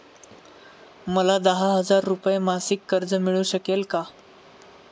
मला दहा हजार रुपये मासिक कर्ज मिळू शकेल का?